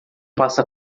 passa